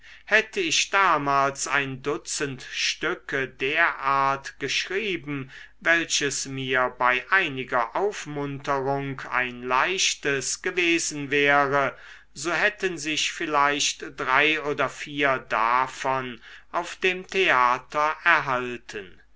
hätte ich damals ein dutzend stücke der art geschrieben welches mir bei einiger aufmunterung ein leichtes gewesen wäre so hätten sich vielleicht drei oder vier davon auf dem theater erhalten